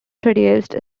produced